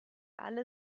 alle